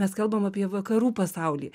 mes kalbam apie vakarų pasaulį